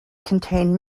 contain